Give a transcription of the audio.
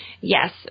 Yes